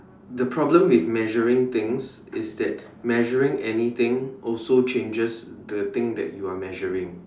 the problem with measuring things is that measuring anything also changes the thing that you are measuring